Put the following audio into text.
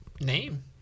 name